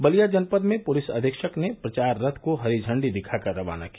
बलिया जनपद में पुलिस अधीक्षक ने प्रचार रथ को हरी झण्डी दिखाकर रवाना किया